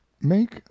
Make